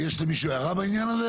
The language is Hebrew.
טוב, יש למישהו הערה בעניין הזה?